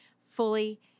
fully